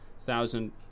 thousand